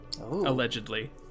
allegedly